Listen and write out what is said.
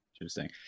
interesting